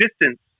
distance